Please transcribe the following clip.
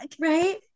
right